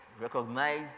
Recognize